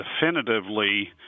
definitively